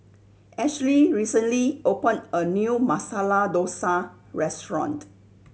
Ashley recently opened a new Masala Dosa Restaurant